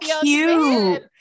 cute